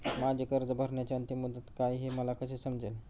माझी कर्ज भरण्याची अंतिम मुदत काय, हे मला कसे समजेल?